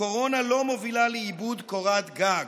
הקורונה לא מובילה לאיבוד קורת גג.